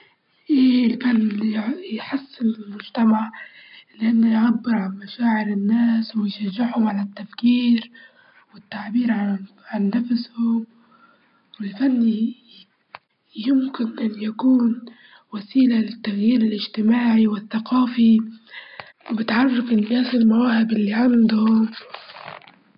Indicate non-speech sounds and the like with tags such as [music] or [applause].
أهم حاجة الحفاظ على البيئة [hesitation] والحفاظ على التوازن البيئي والاقتصاد، كل ما يكون عالي كل ما يكون في بيئة كويسة وتكون في بيئة صحية ولازم الحفاظ على البيئة إن يكون الأولوية للنمو الاقتصادي المستدام فقط، وهو اللي يضمن ح- حياة صحية للأجيال القادمة.